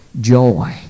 joy